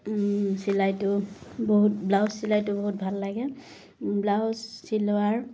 চিলাইটো বহুত ব্লাউজ চিলাইটো বহুত ভাল লাগে ব্লাউজ চিলোৱাৰ